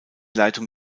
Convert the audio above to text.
leitung